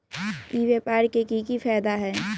ई व्यापार के की की फायदा है?